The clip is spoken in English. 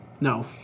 No